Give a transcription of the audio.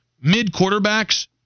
Mid-quarterbacks